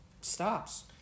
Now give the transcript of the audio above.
stops